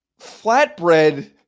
flatbread